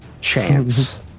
chance